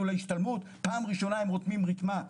להשתלמות זו הפעם הראשונה שהם רותמים רתמה.